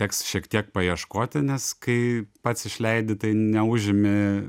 teks šiek tiek paieškoti nes kai pats išleidi tai neužimi